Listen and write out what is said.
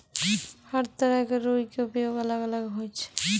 हर तरह के रूई के उपयोग अलग अलग होय छै